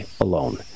Alone